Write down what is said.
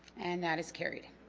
and that is carried